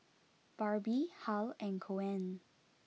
Barbie Hal and Coen